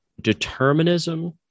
Determinism